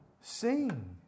sing